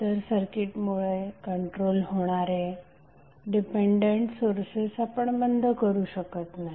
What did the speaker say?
इतर सर्किटमुळे कंट्रोल होणारे डिपेंडंट सोर्सेस आपण बंद करू शकत नाही